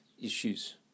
issues